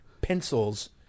pencils